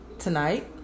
Tonight